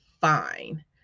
fine